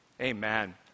Amen